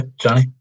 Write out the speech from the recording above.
johnny